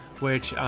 which,